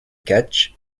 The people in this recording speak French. catch